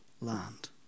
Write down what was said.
land